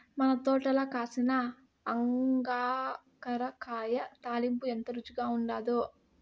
మన తోటల కాసిన అంగాకర కాయ తాలింపు ఎంత రుచిగా ఉండాదో